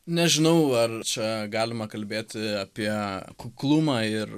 nežinau ar čia galima kalbėti apie kuklumą ir